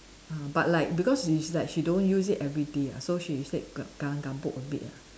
ah but like because she like she don't use it everyday ah so she say ka~ kelam-kabut a bit ah